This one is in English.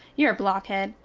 you are a blockhed.